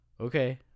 okay